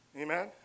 Amen